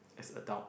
as adult